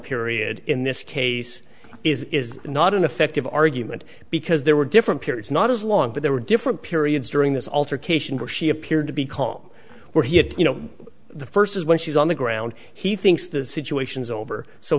period in this case is not an effective argument because there were different periods not as long but there were different periods during this alter cation where she appeared to be kong where he had you know the first is when she's on the ground he thinks the situation is over so